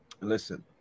Listen